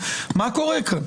מה קורה כאן?